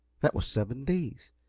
that was seven days,